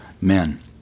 Men